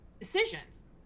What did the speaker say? decisions